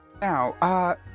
now